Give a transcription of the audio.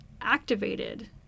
activated